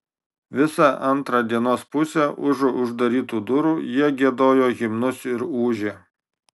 visą antrą dienos pusę užu uždarytų durų jie giedojo himnus ir ūžė